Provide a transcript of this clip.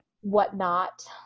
whatnot